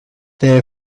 they